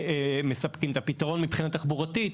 מספקים את הפתרון מבחינה תחבורתית.